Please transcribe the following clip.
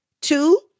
Two